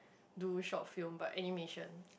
do short film but animation